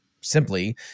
simply